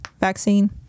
vaccine